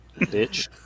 Bitch